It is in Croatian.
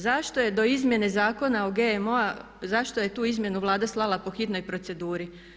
Zašto je do izmjene zakona o GMO-u zašto je tu izmjenu Vlada slala po hitnoj proceduri?